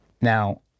Now